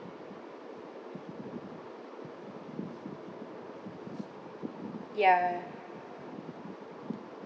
ya